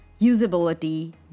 usability